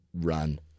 run